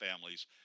families